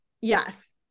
Yes